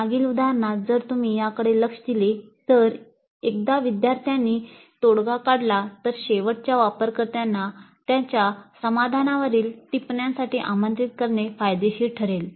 मागील उदाहरणात जर तुम्ही त्याकडे लक्ष दिले तर एकदा विद्यार्थ्यांनी तोडगा काढला तर शेवटच्या वापरकर्त्यांना त्यांच्या समाधानावरील टिप्पण्यांसाठी आमंत्रित करणे फायदेशीर ठरेल